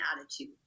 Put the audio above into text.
attitude